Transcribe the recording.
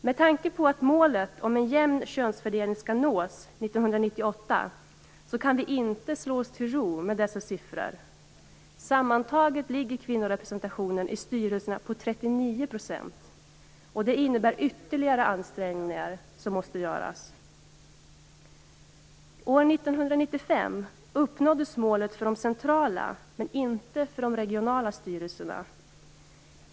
Med tanke på att målet, en jämn könsfördelning, skall nås 1998 kan vi inte slå oss till ro med dessa siffror. Sammantaget ligger kvinnorepresentationen i styrelserna på 39 %, och det innebär att ytterligare ansträngningar måste göras. År 1995 uppnåddes målen för de centrala, men inte för de regionala styrelserna.